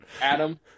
Adam